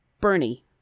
Bernie